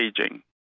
aging